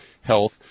Health